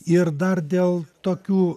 ir dar dėl tokių